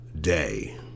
day